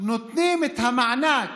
נותנים את המענק